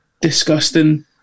disgusting